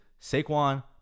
saquon